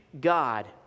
God